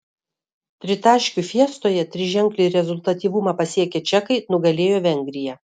tritaškių fiestoje triženklį rezultatyvumą pasiekę čekai nugalėjo vengriją